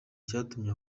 icyatumye